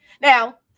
Now